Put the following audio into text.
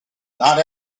not